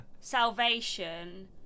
Salvation